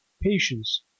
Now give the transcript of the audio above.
patience